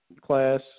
class